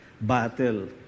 battle